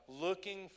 Looking